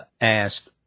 asked